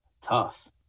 Tough